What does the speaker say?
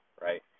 right